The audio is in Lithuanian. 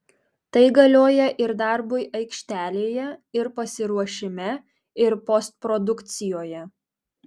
tai galioja ir darbui aikštelėje ir pasiruošime ir postprodukcijoje